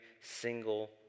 single